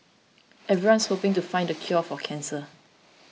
everyone's hoping to find the cure for cancer